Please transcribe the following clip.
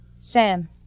Sam